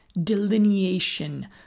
delineation